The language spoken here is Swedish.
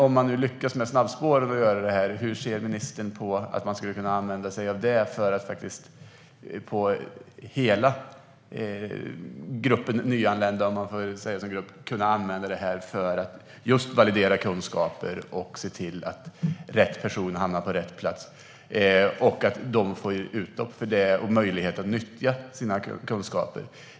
Om man nu lyckas med snabbspåren, hur ser ministern på att man skulle kunna använda sig av det för att validera kunskaper för hela gruppen nyanlända, om man kan se dem som en grupp, och se till att rätt personer hamnar på rätt plats och att de får möjlighet att nyttja sina kunskaper?